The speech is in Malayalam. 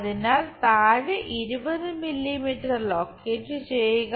അതിനാൽ താഴെ 20 മില്ലീമീറ്റർ ലൊക്കേറ്റ് ചെയ്യുക